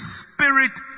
spirit